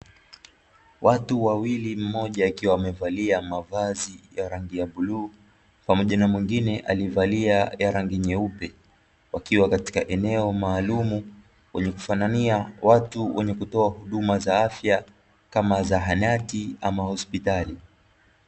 Watu wawili mmoja akiwa amevalia mavazi ya rangi ya bluu pamoja na mwingine alivalia ya rangi nyeupe, wakiwa katika eneo maalumu wenyekufanania na watu wenyekutoa huduma za afya kama zahanati ama hosipitali.